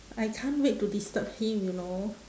I can't wait to disturb him you know